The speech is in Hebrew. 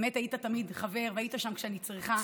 באמת היית תמיד חבר והיית שם כשהייתי צריכה,